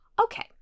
okay